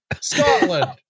Scotland